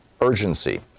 urgency